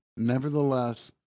Nevertheless